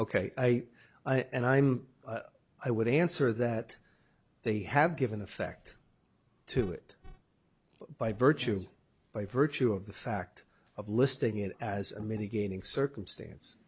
ok i and i mean i would answer that they have given effect to it by virtue by virtue of the fact of listing it as a mitigating circumstance